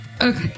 Okay